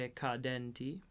cadenti